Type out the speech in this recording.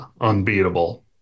unbeatable